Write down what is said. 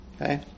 okay